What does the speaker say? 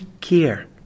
care